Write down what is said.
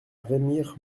remire